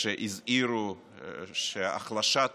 שהזהירה שהחלשת